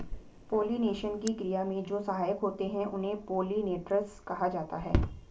pollination की क्रिया में जो सहायक होते हैं उन्हें पोलिनेटर्स कहा जाता है